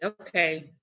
okay